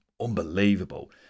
unbelievable